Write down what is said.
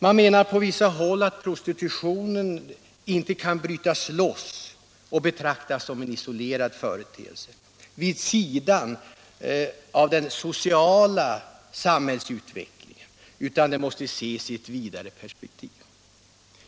Man menar på vissa håll att prostitutionen icke kan brytas loss och betraktas som en isolerad företeelse vid sidan av hela samhällsutvecklingen utan måste ses i ett vidare perspektiv.